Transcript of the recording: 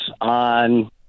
on